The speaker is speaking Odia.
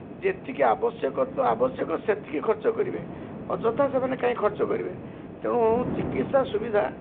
ଯେତିକି ଆବଶ୍ୟକ ତ ଆବଶ୍ୟକ ସେତିକି ଖର୍ଚ୍ଚ କରିବେ ଅଯଥା ସେମାନେ କାଇଁ ଖର୍ଚ୍ଚ କରିବେ ତେଣୁ ଚିକିତ୍ସା ସୁବିଧା